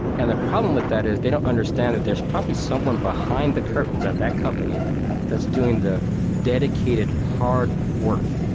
and their problem with that is they don't understand that there's probably someone behind the curtains at that company that's doing the dedicated hard work.